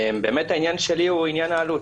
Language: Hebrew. העניין שלי הוא עניין העלות.